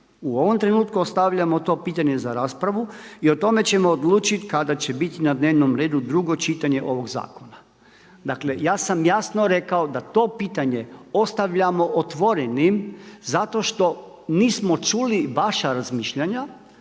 U ovom trenutku ostavljamo to pitanje za raspravu i o tome ćemo odlučiti kada će biti na dnevnom redu drugo čitanje ovoga zakona. Dakle ja sam jasno rekao da to pitanje ostavljamo otvorenim zato što nismo čuli vaša razmišljanja